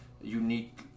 unique